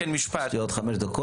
כי יש לי עוד חמש דקות,